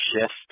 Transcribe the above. shift